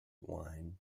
wine